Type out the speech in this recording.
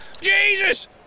Jesus